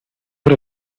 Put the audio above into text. out